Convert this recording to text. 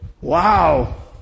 Wow